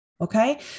Okay